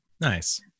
Nice